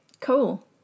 Cool